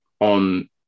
on